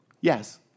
Yes